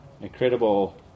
incredible